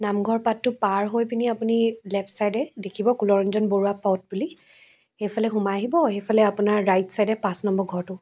নামঘৰ পাৰ হৈ পিনি আপুনি লেফ্ট চাইডে দেখিব কুলৰঞ্জন বৰুৱা বুলি সেইফালে সোমাই আহিব সেইফালে আপোনাৰ ৰাইট ছাইডে পাঁচ নম্বৰ ঘৰটো